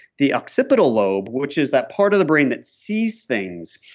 the occipital lobe which is that part of the brain that sees things,